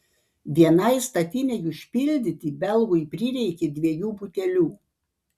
vienai statinei užpildyti belgui prireikė dviejų butelių